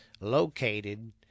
located